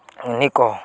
ଅନେକ